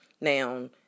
Now